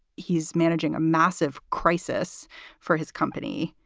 he's managing a massive crisis for his company.